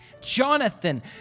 Jonathan